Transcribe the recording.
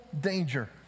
danger